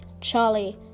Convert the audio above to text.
charlie